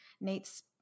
Nate's